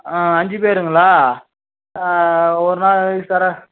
அஞ்சு பேருங்களா ஒரு நாள் தர்றேன்